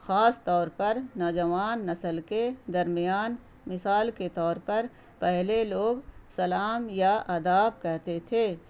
خاص طور پر نوجوان نسل کے درمیان مثال کے طور پر پہلے لوگ سلام یا آداب کہتے تھے